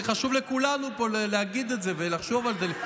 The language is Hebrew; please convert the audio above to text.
זה חשוב לכולנו פה להגיד את זה ולחשוב על זה,